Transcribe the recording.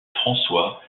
françois